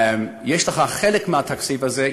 יש לך חלק מהתקציב הזה,